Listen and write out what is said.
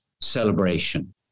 celebration